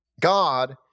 God